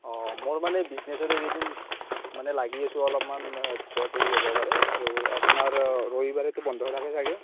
অ মোৰ মানে বিজনেচত এইকেইদিন মানে লাগি আছো অলপমান যোৱাত দেৰি হ'ব পাৰে আৰু আপোনাৰ ৰবিবাৰেটো বন্ধই থাকে চাগে